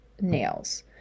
nails